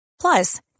Plus